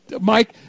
mike